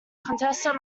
contestant